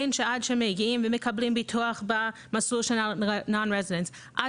בין שעד שמגיעים ומקבלים ביטוח במסלול של non residence עד